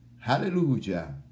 hallelujah